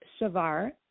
shavar